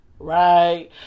Right